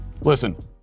Listen